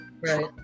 Right